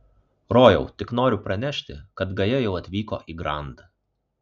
rojau tik noriu pranešti kad gaja jau atvyko į grand